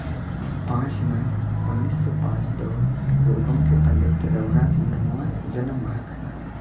ᱯᱟᱸᱪ ᱢᱮ ᱩᱱᱤᱥᱥᱚ ᱯᱟᱸᱪ ᱫᱚ ᱜᱩᱨᱩ ᱜᱚᱢᱠᱮ ᱯᱚᱱᱰᱤᱛ ᱨᱟᱹᱜᱷᱩᱱᱟᱛᱷ ᱢᱩᱨᱢᱩᱣᱟᱜ ᱡᱟᱱᱟᱢ ᱢᱟᱦᱟ ᱠᱟᱱᱟ